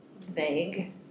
vague